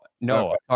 no